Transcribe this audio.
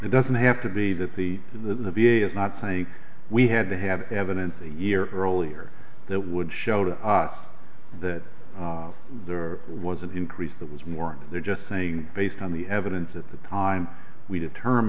it doesn't have to be that the the v a is not saying we had to have evidence a year earlier that would show to us that there was an increase that was more and they're just saying based on the evidence at the time we determ